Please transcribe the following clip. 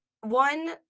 one